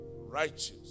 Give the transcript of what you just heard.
righteous